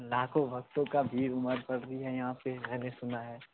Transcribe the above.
लाखो भक्तों का भीड़ उमड़ पड़ रही है यहाँ पर मैंने सुना है